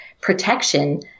protection